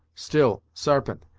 still, sarpent,